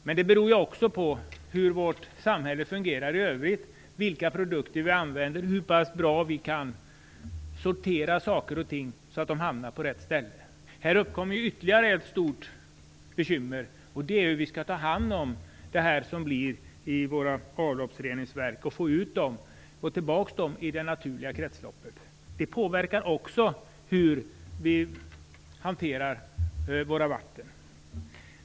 Men det beror också på hur vårt samhälle fungerar i övrigt, vilka produkter vi använder och hur pass bra vi kan sortera saker och ting så att de hamnar på rätt ställe. Här uppkommer ytterligare ett stort bekymmer, och det är hur vi skall ta hand om det som kommer från våra avloppsreningsverk och få tillbaka det i det naturliga kretsloppet. Det påverkar också sättet att hantera våra vatten.